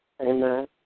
Amen